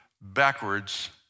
backwards